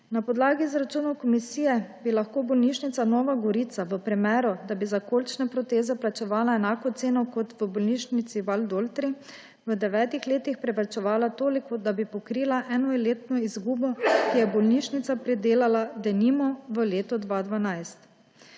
Na podlagi izračunov komisije bi lahko bolnišnica Nova Gorica v primeru, da bi za kolčne proteze plačevala enako ceno kot v bolnišnici Valdoltra, v devetih letih privarčevala toliko, da bi pokrila enoletno izgubo, ki jo je bolnišnica pridelala, denimo, v letu 2012.